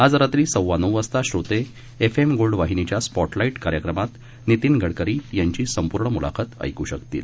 आजरात्रीसव्वानऊवाजताश्रोतेएफएमगोल्डवाहिनीच्यास्पॉटलाईटयाकार्यक्रमातनितीनगडकरीयांचीसंपूर्ण म्लाखतऐक्शकतील